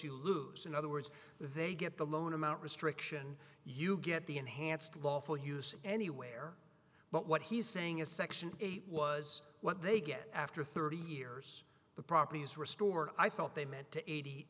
you lose in other words they get the loan amount restriction you get the enhanced lawful use anywhere but what he's saying a section eight was what they get after thirty years the property is restored i thought they meant to eighty